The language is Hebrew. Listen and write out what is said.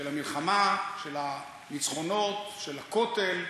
של המלחמה, של הניצחונות, של הכותל,